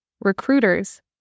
recruiters